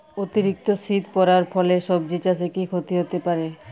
অতিরিক্ত শীত পরার ফলে সবজি চাষে কি ক্ষতি হতে পারে?